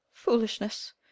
foolishness